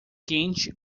quente